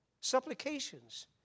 supplications